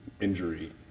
injury